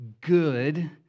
good